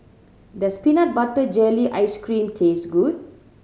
does peanut butter jelly ice cream taste good